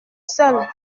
seul